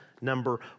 number